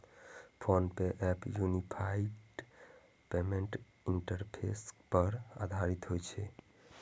PhonePe app unified payments interface पर आधारित होइ छै